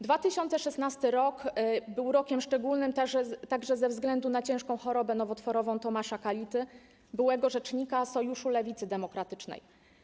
2016 r. był rokiem szczególnym także ze względu na ciężką chorobę nowotworową Tomasza Kality, byłego rzecznika Sojuszu Lewicy Demokratycznej.